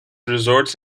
resorts